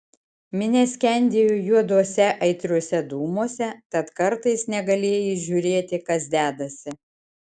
minia skendėjo juoduose aitriuose dūmuose tad kartais negalėjai įžiūrėti kas dedasi